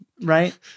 Right